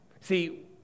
See